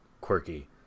quirky